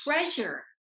treasure